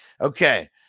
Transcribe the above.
okay